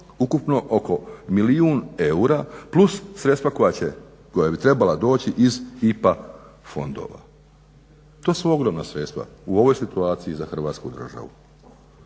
ukupno oko milijun eura plus sredstva koja bi trebala doći iz IPA fondova. To su ogromna sredstva u ovoj situaciji za Hrvatsku državu.